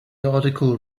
article